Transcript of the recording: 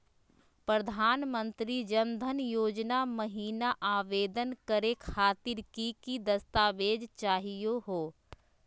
प्रधानमंत्री जन धन योजना महिना आवेदन करे खातीर कि कि दस्तावेज चाहीयो हो?